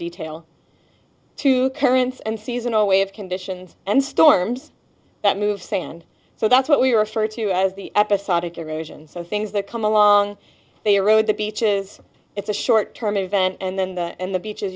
detail to currents and seasonal way of conditions and storms that move sand so that's what we refer to as the episodic your vision so things that come along the road the beaches it's a short term event and then the and the beaches